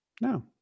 No